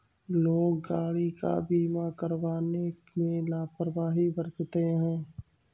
लोग गाड़ी का बीमा करवाने में लापरवाही बरतते हैं